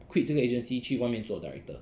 quit 这个 agency 去外面做 director